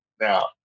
now